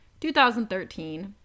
2013